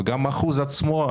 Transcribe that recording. וגם אחוז עצמו,